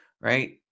right